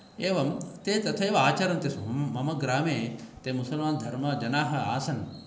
एवं ते तथैव आचरन्ति स्म मम ग्रामे ते मुसलमानधर्मजनाः आसन्